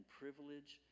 privilege